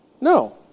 No